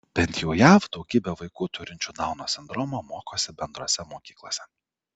bent jau jav daugybė vaikų turinčių dauno sindromą mokosi bendrose mokyklose